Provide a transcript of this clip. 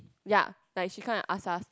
ya like she kinda ask us